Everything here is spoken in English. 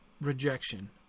rejection